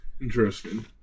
Interesting